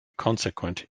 consequent